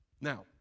Now